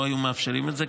לא היו מאפשרים את זה,